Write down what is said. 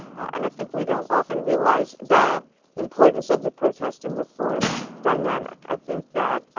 and i think we don't often realize the importance of the protest in reform dynamic. i think that